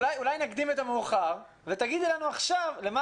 אולי נקדים את המאוחר ותגידי לנו עכשיו למה